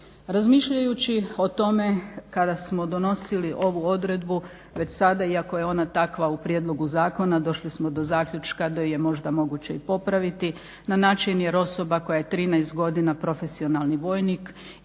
razmišljajući o tome kada smo donosili ovu odredbu već sada iako je ona takva u prijedlogu zakona, došli smo do zaključka da ju je možda pokušati popraviti na način jer osoba koja je trinaest godina profesionalni vojnik